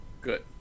Good